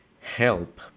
help